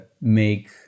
make